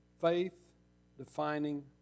faith-defining